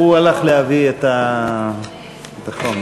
רגע, יש הודעות על דין הרציפות?